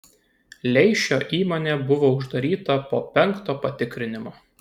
leišio įmonė buvo uždaryta po penkto patikrinimo